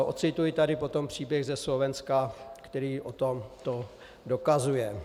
Ocituji tady potom příběh ze Slovenska, který o tomto dokazuje.